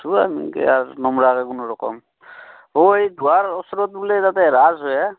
আছোঁ এনেকৈয়ে আৰু নমৰাকৈ কোনো ৰকম অ' এই তোহাৰ ওচৰত বোলে তাতে ৰাস হয় হে